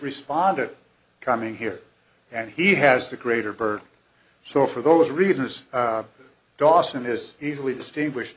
responded coming here and he has the greater burden so for those reading this dawson is easily distinguish